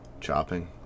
Chopping